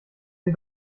sie